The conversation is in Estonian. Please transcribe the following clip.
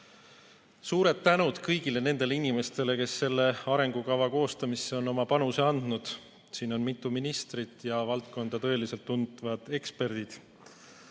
Suur tänu kõigile nendele inimestele, kes selle arengukava koostamisse on oma panuse andnud! Siin on mitu ministrit ja valdkonda tõeliselt tundvad eksperdid.